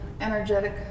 energetic